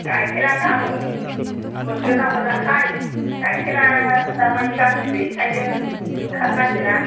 गाइखेरआ गाबोन मोनगोन ना मोनाथाय गाइखेरा दासान्दि गांसो गैयिखायनो ओंखारनो नागिरा